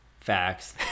Facts